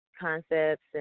concepts